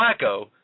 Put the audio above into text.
Flacco